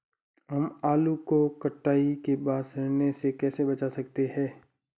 हम आलू को कटाई के बाद सड़ने से कैसे बचा सकते हैं?